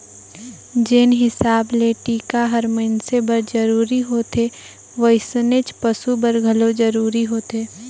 जेन हिसाब ले टिका हर मइनसे बर जरूरी होथे वइसनेच पसु बर घलो जरूरी होथे